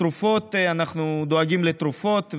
תרופות, אנחנו דואגים לתרופות.